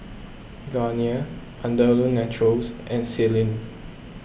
Garnier Andalou Naturals and Sealy